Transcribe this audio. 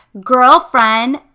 Girlfriend